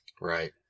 Right